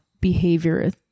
behavior